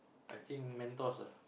I think Mentos ah